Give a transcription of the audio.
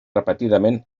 repetidament